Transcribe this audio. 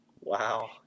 Wow